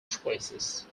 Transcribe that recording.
choices